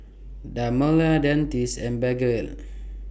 Dermale Dentiste and Blephagel